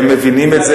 הם מבינים את זה.